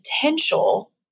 potential